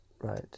Right